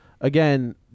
Again